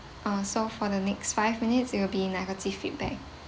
ah so for the next five minutes it will be negative feedback